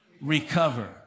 Recover